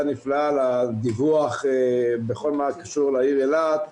נפלאה על הדיווח בכל מה שקשור לעיר אילת.